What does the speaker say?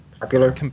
popular